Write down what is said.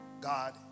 God